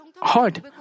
hard